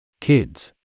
Kids